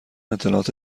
اطلاعات